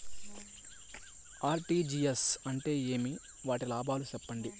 RTGS అంటే ఏమి? వాటి లాభాలు సెప్పండి?